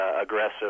aggressive